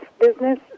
business